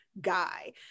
guy